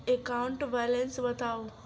account balance बताउ